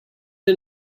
get